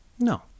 No